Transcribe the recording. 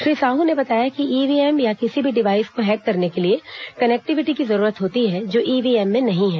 श्री साहू ने बताया कि ईव्हीएम या किसी भी डिवाईस को हैक करने के लिए कनेक्टिविटी की जरूरत होती है जो ईव्हीएम में नहीं हैं